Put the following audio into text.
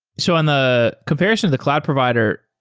so on the comparison to the cloud provider,